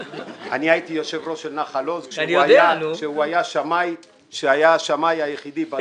אני הייתי יושב ראש נחל עוז כשהוא היה שמאי היחידי באזור.